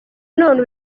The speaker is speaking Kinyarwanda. none